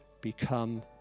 become